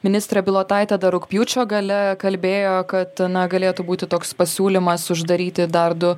ministrė bilotaitė dar rugpjūčio gale kalbėjo kad na galėtų būti toks pasiūlymas uždaryti dar du